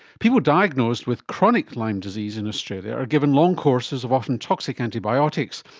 people diagnosed with chronic lyme disease in australia are given long courses of often toxic antibiotics,